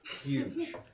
huge